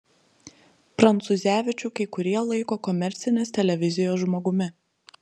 prancūzevičių kai kurie laiko komercinės televizijos žmogumi